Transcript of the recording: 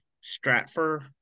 Stratford